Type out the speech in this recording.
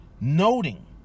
noting